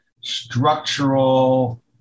structural